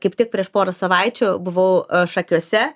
kaip tik prieš porą savaičių buvau šakiuose